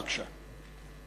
בבקשה.